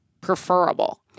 preferable